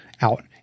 out